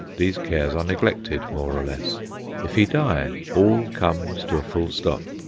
these cares are neglected more or less if he die, all comes to a full stop.